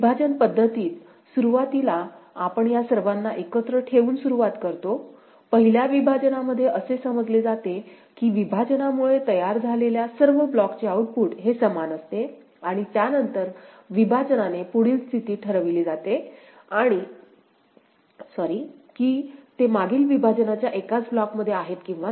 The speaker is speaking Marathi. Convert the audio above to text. विभाजन पद्धतीत सुरुवातीला आपण या सर्वांना एकत्र ठेवून सुरुवात करतो पहिल्या विभाजना मध्ये असे समजले जाते की विभाजनामुळे तयार झालेल्या सर्व ब्लॉकचे आउटपुट हे समान असते आणि त्यानंतरच्या विभाजनाने पुढील स्थिती ठरविली जाते की ते मागील विभाजनाच्या एकाच ब्लॉकमध्ये आहेत किंवा नाही